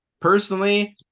personally